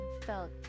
felt